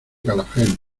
calafell